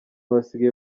basigaye